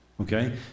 Okay